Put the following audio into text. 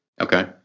Okay